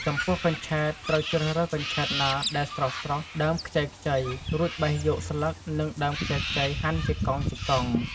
ចំពោះកញ្ឆែតត្រូវជ្រើសរើសកញ្ឆែតណាដែលស្រស់ៗ ដើមខ្ចីៗ រួចបេះយកស្លឹក និងដើមខ្ចីៗ ហាន់ជាកង់ៗ។